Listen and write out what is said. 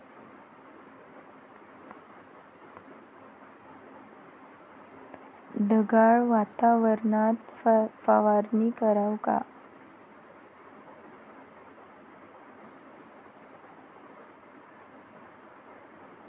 ढगाळ वातावरनात फवारनी कराव का?